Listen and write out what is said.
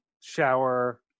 shower